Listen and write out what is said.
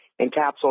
encapsulated